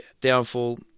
downfall